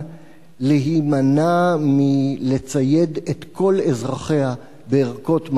להימנע מלצייד את כל אזרחיה בערכות מגן,